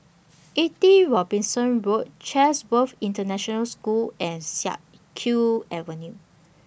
eighty Robinson Road Chatsworth International School and Siak Kew Avenue